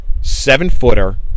Seven-footer